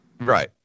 Right